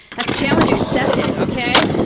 that's challenge accepted, okay?